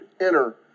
enter